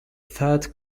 third